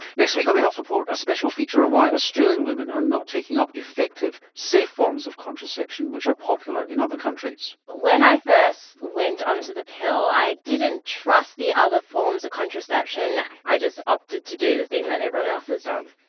next week on the health report, a special feature on why australian women are not taking up effective, safe forms of contraception which are popular in other countries. when i first went onto the pill i didn't trust the other forms of contraception, i just opted to do the thing that everyone else has done.